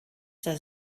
does